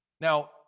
Now